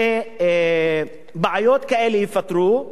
שבעיות כאלה ייפתרו,